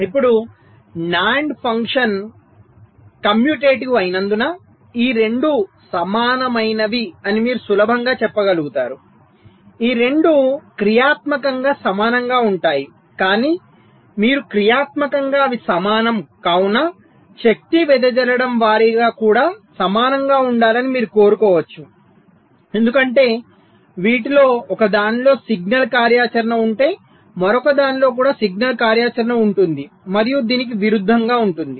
ఇప్పుడు NAND function commutative అయినందున ఈ రెండు సమానమైనవి అని మీరు సులభంగా చెప్పగలుగుతారు ఈ రెండూ క్రియాత్మకంగా సమానంగా ఉంటాయి కానీ మీరు క్రియాత్మకంగా అవి సమానం కావున శక్తి వెదజల్లడం వారీగా కూడా సమానంగా ఉండాలని మీరు అనుకోవచ్చు ఎందుకంటే వీటిలో ఒకదానిలో సిగ్నల్ కార్యాచరణ ఉంటే మరొక దానిలో కూడా సిగ్నల్ కార్యాచరణ ఉంటుంది మరియు దీనికి విరుద్ధంగా ఉంటుంది